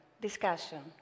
discussion